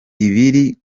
ibiri